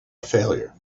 failure